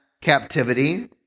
captivity